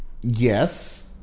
Yes